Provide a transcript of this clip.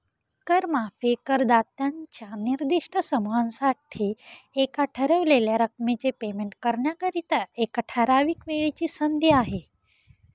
कर माफी करदात्यांच्या निर्दिष्ट समूहासाठी एका ठरवलेल्या रकमेचे पेमेंट करण्याकरिता, एका ठराविक वेळेची संधी आहे